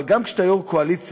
אבל גם כשאתה יו"ר קואליציה,